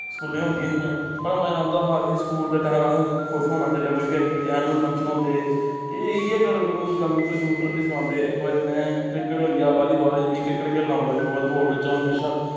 स्कूलें होंदियां हियां बड़ा मजा औंदा हा जी स्कूल दे टैम असें खुश होना जेल्लै कोई बी एक्टिविटी एनुअल फंक्शन होंदे हे ते एह् इ'यै कंप्यूटर शंप्यूटर बी सखांदे हे इक बारी में क्रिकेट होई गेआ बालीबाल होई गेआ मी क्रिकेट खेलना बड़ा शौक हा दौड़ बिच्च अ'ऊं म्हेशा